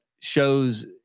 shows